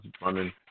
running